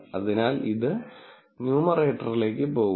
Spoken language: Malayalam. അതിനാൽ അത് ന്യൂമറേറ്ററിലേക്ക് പോകുന്നു